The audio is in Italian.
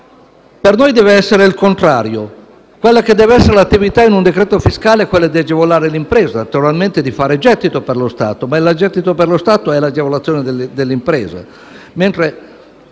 Per noi deve essere il contrario: quella che deve essere la finalità in un decreto fiscale è agevolare l'impresa, naturalmente di fare gettito per lo Stato, ma il gettito per lo Stato è l'agevolazione dell'impresa;